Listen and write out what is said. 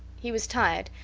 he was tired,